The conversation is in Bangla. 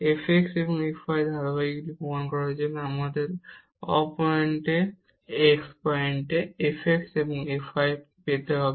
F x এবং f y এর ধারাবাহিকতা প্রমাণ করার জন্য আমাদের x পয়েন্টে f x এবং f y পেতে হবে